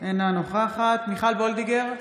אינה נוכחת מיכל וולדיגר,